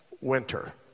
Winter